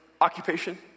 occupation